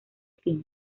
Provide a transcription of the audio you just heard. fin